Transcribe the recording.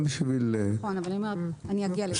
אני אגיע לזה.